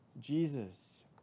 Jesus